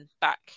back